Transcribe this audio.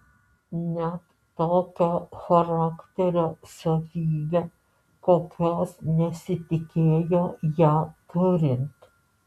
net tokią charakterio savybę kokios nesitikėjo ją turint